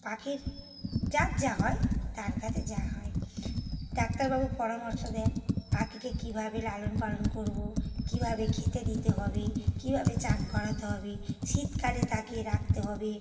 পাখির যার যা হয় তার কাছে যাওয়া হয় ডাক্তারবাবু পরামর্শ দেন পাখিকে কীভাবে লালনপালন করবো কীভাবে খেতে দিতে হবে কীভাবে চান করাতে হবে শীতকালে তাকে রাখতে হবে